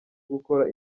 gukora